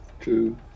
two